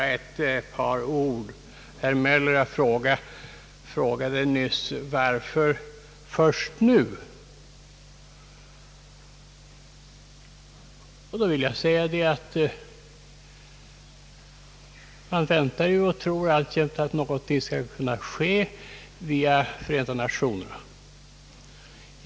Varför först nu? Till det vill jag säga, att man väntar och tror alltjämt att något skall ske via Förenta Nationerna.